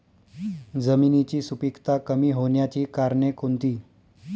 जमिनीची सुपिकता कमी होण्याची कारणे कोणती?